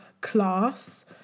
class